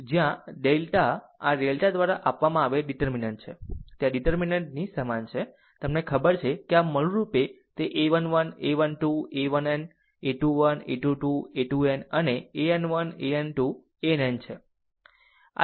જ્યાં ડેલ્ટા આ ડેલ્ટા દ્વારા આપવામાં આવેલ ડીટેર્મિનન્ટ છે તે આ ડીટેર્મિનન્ટ ની સમાન છે તમને ખબર છે કે આ મૂળરૂપે તે a 1 1 a 1 2 a 1n a 21 a 2 2 a 2n અને an 1 an 2 ann છે એક 2 એન